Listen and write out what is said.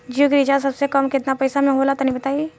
जियो के रिचार्ज सबसे कम केतना पईसा म होला तनि बताई?